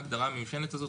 ההגדרה המיושנת הזאת,